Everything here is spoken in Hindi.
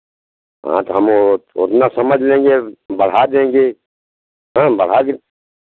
हाँ तो हम ओ उतना समझ लेंगे बढ़ा देंगे हाँ बढ़ा के